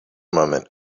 moment